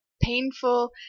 painful